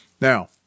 Now